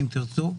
אם תרצו,